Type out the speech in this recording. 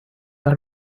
are